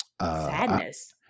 sadness